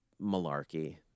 malarkey